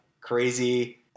crazy